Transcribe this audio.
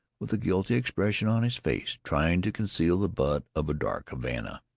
with a guilty expression on his face, trying to conceal the butt of a dark havana.